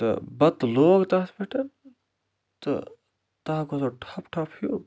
تہٕ بتہٕ لوگ تَتھ پٮ۪ٹھ تہٕ تَتھ گوٚو ٹھوٚپ تھوٚپ ہیوٗ